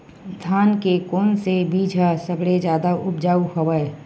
धान के कोन से बीज ह सबले जादा ऊपजाऊ हवय?